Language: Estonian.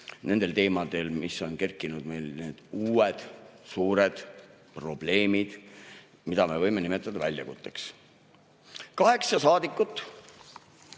peatuda teemadel, mis meil on kerkinud, need uued suured probleemid, mida me võime nimetada väljakutseks. Kaheksa saadikut,